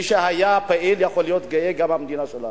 מי שהיה פעיל, יכול להיות גאה גם במדינה שלנו.